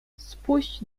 spuść